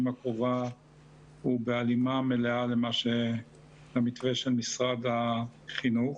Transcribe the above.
הקרובה הוא בהלימה מלאה למתווה של משרד החינוך.